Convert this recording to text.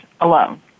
alone